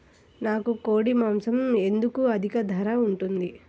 నాకు కోడి మాసం ఎందుకు అధిక ధర ఉంటుంది?